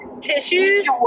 Tissues